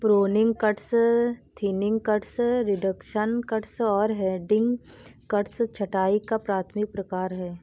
pruning cuts, thinning cuts, reduction cuts और heading cuts छंटाई का प्राथमिक प्रकार हैं